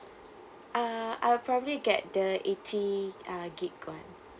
ah I'll probably get the eighty uh gig [one]